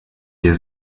der